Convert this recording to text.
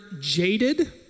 jaded